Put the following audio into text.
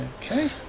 Okay